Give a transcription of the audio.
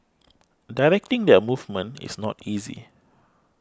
directing their movement is not easy